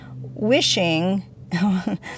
wishing